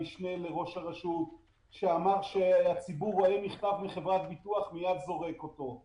המשנה לראש הרשות שאמר שהציבור רואה מכתב מחברת ביטוח ומיד זורק אותו.